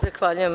Zahvaljujem.